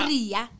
Ria